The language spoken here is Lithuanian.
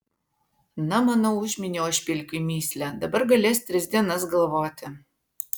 na manau užminiau aš pilkiui mįslę dabar galės tris dienas galvoti